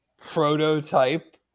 prototype